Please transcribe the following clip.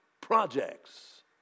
projects